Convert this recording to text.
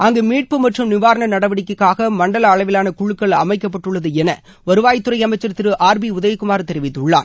அங்கு மீட்பு மற்றும் நிவாரண நடவடிக்கைக்காக மண்டல அளவிலான குழுக்கள் அமைக்கப்பட்டுள்ளது என வருவாய் துறை அமைச்சா் திரு ஆர் பி உதயகுமார் தெரிவித்துள்ளார்